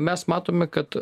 mes matome kad